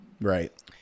Right